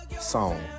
song